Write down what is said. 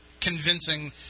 convincing